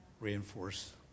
reinforce